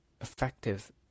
effective